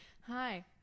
Hi